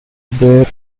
bare